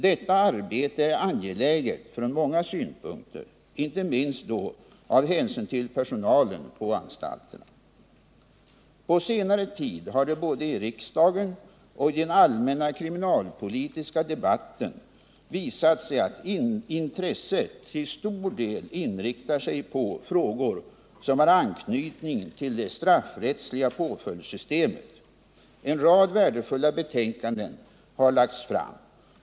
Detta arbete är angeläget från många synpunkter, inte minst då av hänsyn till personalen på anstalterna. På senare tid har det både i riksdagen och i den allmänna kriminalpolitiska debatten visat sig att intresset till stor del inriktat sig på frågor som har anknytning till det straffrättsliga påföljdssystemet. En rad värdefulla betänkanden har lagts fram.